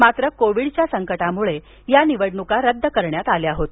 मात्र कोविडच्या संकटामुळे या निवडणुका रद्द करण्यात आल्या होत्या